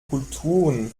kulturen